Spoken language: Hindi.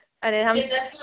अरे हम